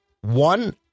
One